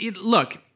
look